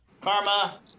Karma